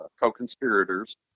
co-conspirators